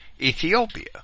Ethiopia